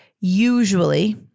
usually